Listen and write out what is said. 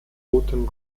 roten